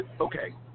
Okay